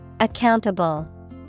Accountable